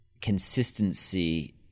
consistency